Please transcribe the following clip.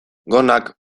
gonak